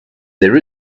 there